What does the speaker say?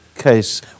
case